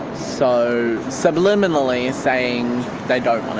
so subliminally saying they don't